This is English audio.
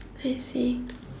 I see